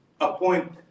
appoint